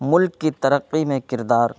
ملک کی ترقی میں کردار